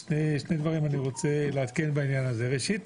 אני רוצה לעדכן בעניין הזה שני דברים: ראשית,